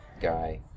guy